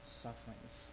sufferings